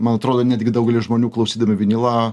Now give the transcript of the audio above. man atrodo netgi daugelis žmonių klausydami vinilą